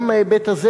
גם מההיבט הזה,